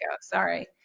sorry